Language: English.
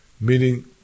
Meaning